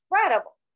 incredible